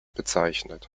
bezeichnet